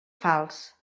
fals